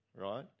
right